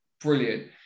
Brilliant